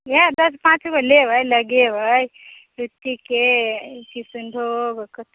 इएह दस पाँच गो लेबै लगेबै लीचीके किसनभोग